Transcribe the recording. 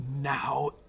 Now